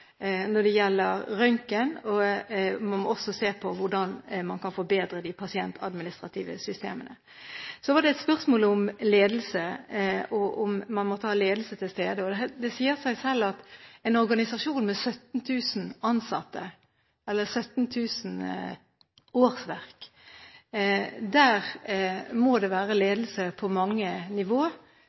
når det gjelder røntgen, og man må også se på hvordan man kan forbedre de pasientadministrative systemene. Så var det et spørsmål om ledelse og om man måtte ha ledelse til stede. Det sier seg selv at i en organisasjon med 17 000 årsverk må det være ledelse på mange nivå,